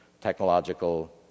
technological